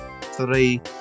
three